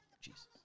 Jesus